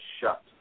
shut